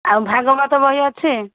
ଆଉ ଭାଗବତ ବହି ଅଛି